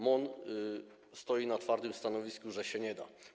MON stoi na twardym stanowisku, że się nie da.